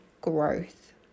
growth